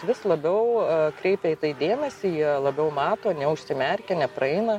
vis labiau kreipia dėmesį jie labiau mato neužsimerkia nepraeina